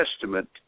Testament